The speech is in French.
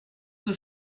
que